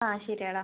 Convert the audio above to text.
ആ ശരി എടാ